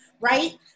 right